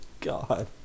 God